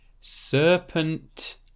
Serpent